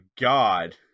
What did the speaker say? god